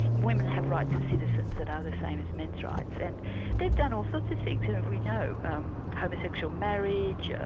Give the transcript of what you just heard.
women have rights as citizens that are the same as men's rights. and they've done all sorts of things, you know, we know um homosexual marriage,